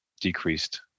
decreased